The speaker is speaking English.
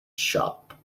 sharp